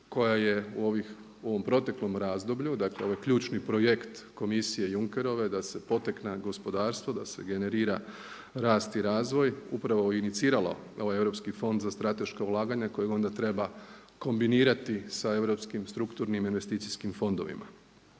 koja je u ovom proteklom razdoblju, dakle ovo je ključni projekt Komisije Junckerove da se potakne gospodarstvo, da se generira rast i razvoj upravo iniciralo ovaj europski Fond za strateška ulaganja kojeg onda treba kombinirati sa europskim strukturnim investicijskim fondovima.